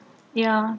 ya